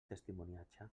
testimoniatge